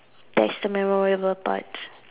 that's the memorable parts